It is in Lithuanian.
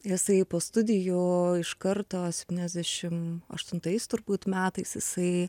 jisai po studijų iš karto septyniasdešim aštuntais turbūt metais jisai